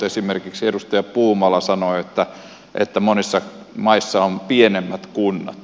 esimerkiksi edustaja puumala sanoi että monissa maissa on pienemmät kunnat